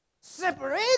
Separate